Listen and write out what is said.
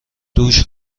دوش